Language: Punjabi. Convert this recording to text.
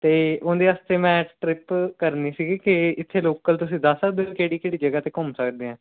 ਅਤੇ ਉਹਦੇ ਵਾਸਤੇ ਮੈਂ ਟ੍ਰਿਪ ਕਰਨੀ ਸੀਗੀ ਕਿ ਇੱਥੇ ਲੋਕਲ ਤੁਸੀਂ ਦੱਸ ਸਕਦੇ ਹੋ ਕਿਹੜੀ ਕਿਹੜੀ ਜਗ੍ਹਾ 'ਤੇ ਘੁੰਮ ਸਕਦੇ ਹਾਂ